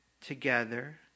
together